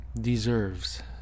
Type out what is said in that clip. deserves